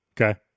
Okay